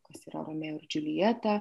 kas yra romeo ir džiuljetą